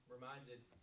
reminded